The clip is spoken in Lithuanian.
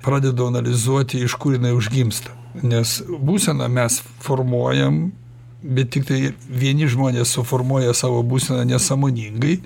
pradedu analizuoti iš kur jinai užgimsta nes būseną mes formuojam bet tiktai vieni žmonės suformuoja savo būseną nesąmoningai